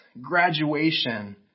graduation